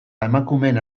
emakumeen